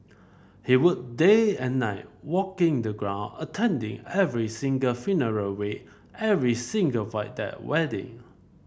he work day and night walking the ground attending every single funeral wake every single Void Deck wedding